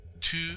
two